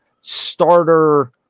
starter